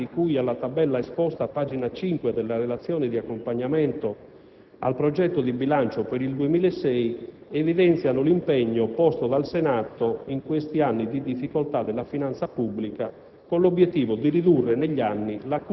Infine, anche i dati, di cui alla tabella esposta a pagina 5 della relazione di accompagnamento al progetto di bilancio per il 2006, evidenziano l'impegno posto dal Senato, in questi anni di difficoltà della finanza pubblica,